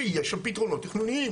שיש שם פתרונות תכנוניים,